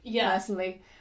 personally